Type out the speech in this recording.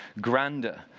grander